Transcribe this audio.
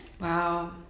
wow